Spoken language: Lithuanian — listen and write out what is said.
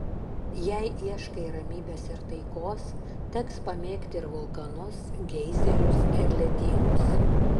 jei ieškai ramybės ir taikos teks pamėgti ir vulkanus geizerius ir ledynus